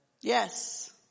Yes